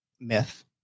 myth